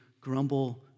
grumble